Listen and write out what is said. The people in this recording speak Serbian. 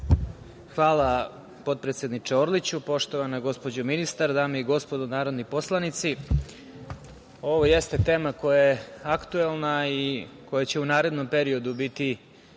Hvala, potpredsedniče Orliću. Poštovana gospođo ministar, dame i gospodo narodni poslanici, ovo jeste tema koja je aktuelna i koja će u narednom periodu biti